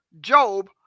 Job